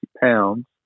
pounds